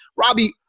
Robbie